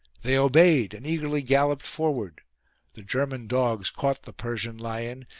they obeyed and eagerly galloped forward the german dogs caught the persian lion,